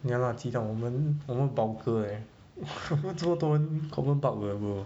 ya lah 鸡蛋我们 bulkier eh confirm 这么多 confirm bulk 了 bro